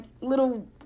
little